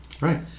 Right